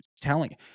Telling